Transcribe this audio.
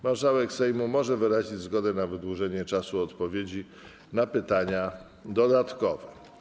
Marszałek Sejmu może wyrazić zgodę na wydłużenie czasu odpowiedzi na pytanie dodatkowe.